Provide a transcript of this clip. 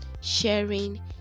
sharing